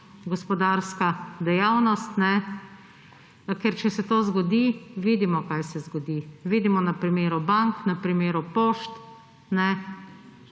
gospodarska dejavnost, ker če se to zgodi – vidimo, kaj se zgodi, vidimo na primeru bank, na primeru pošt.